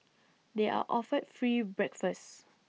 they are offered free breakfast